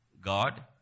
God